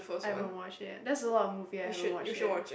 I haven't watch yet that's a lot of movie I haven't watch yet